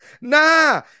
Nah